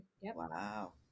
Wow